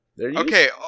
Okay